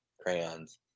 crayons